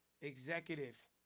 executive